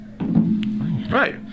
Right